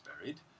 buried